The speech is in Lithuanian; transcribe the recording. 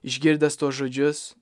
išgirdęs tuos žodžius